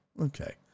Okay